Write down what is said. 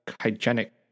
Hygienic